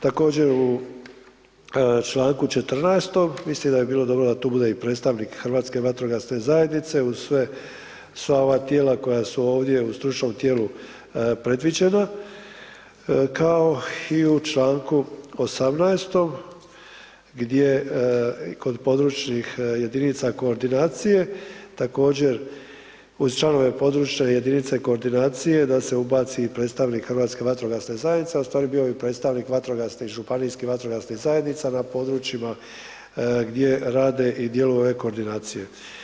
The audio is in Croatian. Također u čl. 14. mislim da bi bilo dobro da tu bude i predstavnik Hrvatske vatrogasne zajednice uz sve, uz sva ova tijela koja su ovdje u stručnom tijelu predviđena, kao i u čl. 18. gdje, kod područnih jedinica koordinacije također uz članove područne jedinice koordinacije da se ubaci i predstavnik Hrvatske vatrogasne zajednice, a u stvari bio bi predstavnik vatrogasnih, županijskih vatrogasnih zajednica na područjima gdje rade i djeluju ove koordinacije.